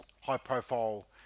high-profile